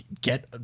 get